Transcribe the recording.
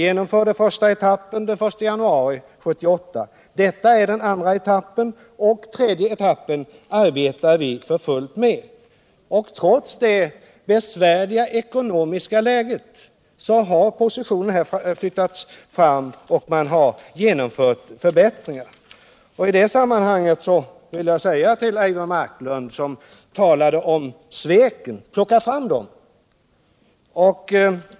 Den första etappen klarades av den I januari 1978. Detta är den andra etappen, och den tredje etappen arbetar vi med för fullt. Trots det besvärliga ekonomiska läget har positionerna flyttats fram och förbättringar har genomförts. I detta sammanhang vill jag säga ull Eivor Marklund som talade om sveken: Plocka fram dem!